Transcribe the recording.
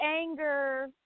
anger